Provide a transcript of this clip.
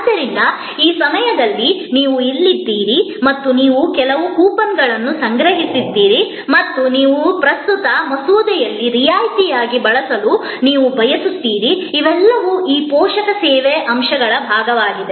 ಆದ್ದರಿಂದ ಈ ಸಮಯದಲ್ಲಿ ನೀವು ಇಲ್ಲಿದ್ದೀರಿ ಮತ್ತು ನೀವು ಕೆಲವು ಕೂಪನ್ಗಳನ್ನು ಸಂಗ್ರಹಿಸಿದ್ದೀರಿ ಮತ್ತು ಅದನ್ನು ನಿಮ್ಮ ಪ್ರಸ್ತುತ ಮಸೂದೆಯಲ್ಲಿ ರಿಯಾಯಿತಿಯಾಗಿ ಬಳಸಲು ನೀವು ಬಯಸುತ್ತೀರಿ ಇವೆಲ್ಲವೂ ಈ ಪೋಷಕ ಸೇವಾ ಅಂಶಗಳ ಭಾಗವಾಗಿದೆ